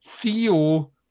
Theo